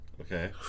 Okay